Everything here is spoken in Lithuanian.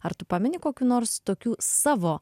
ar tu pameni kokių nors tokių savo